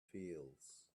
fields